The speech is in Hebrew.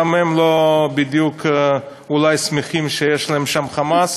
גם הם לא בדיוק שמחים אולי שיש להם שם "חמאס",